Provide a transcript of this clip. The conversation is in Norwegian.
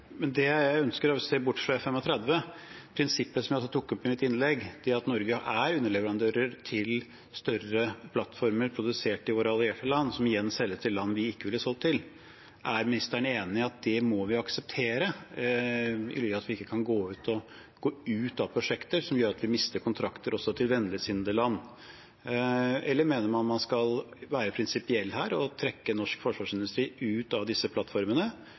større plattformer produsert i våre allierte land, som igjen selger til land vi ikke ville solgt til. Er ministeren enig i at vi må akseptere det, i lys av at vi ikke kan gå ut av prosjekter som gjør at vi mister kontrakter også til vennligsinnede land? Eller mener man at man skal være prinsipiell her og trekke norsk forsvarsindustri ut av disse plattformene